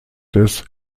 des